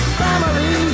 family